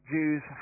Jews